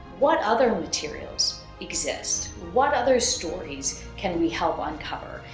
what other materials exist? what other stories can we help ah uncover?